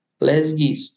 Lesgis